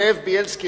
זאב בילסקי,